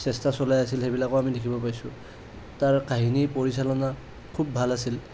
চেষ্টা চলাই আছিল সেইবিলাকো আমি দেখিবলৈ পাইছিলোঁ তাৰ কাহিনী পৰিচালনা খুব ভাল আছিল